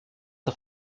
auf